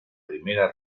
primera